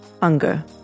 hunger